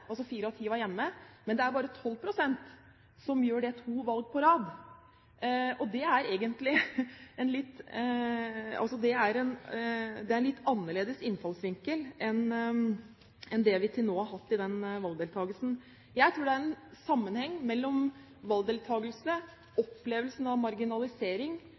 det bare er 12 pst. som gjør det to valg på rad. Det er en litt annerledes innfallsvinkel enn det vi til nå har hatt for valgdeltakelse. Jeg tror det er en sammenheng mellom valgdeltakelse, opplevelse av marginalisering,